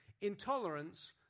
intolerance